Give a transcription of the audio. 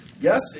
yes